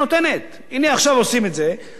הנה עכשיו עושים את זה רק חלקית,